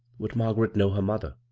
would margaret know her mother?